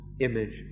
image